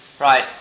Right